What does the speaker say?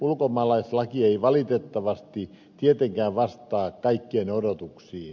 ulkomaalaislaki ei valitettavasti tietenkään vastaa kaikkien odotuksiin